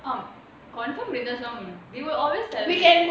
ah confirm வேணும்:venum they will always celebrate